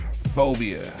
phobia